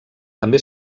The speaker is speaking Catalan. també